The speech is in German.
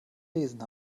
lesen